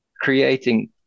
creating